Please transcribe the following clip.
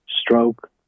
stroke